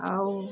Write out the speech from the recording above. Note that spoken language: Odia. ଆଉ